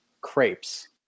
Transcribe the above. crepes